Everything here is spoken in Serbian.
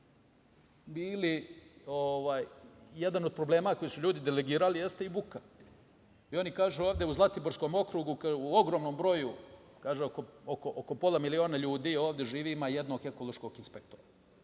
bili i jedan od problema koji su ljudi delegirali jeste i buka. Oni kažu ovde u Zlatiborskom okrugu u ogromnom broju, oko pola miliona ljudi ovde živi i ima jednog ekološkog inspektora.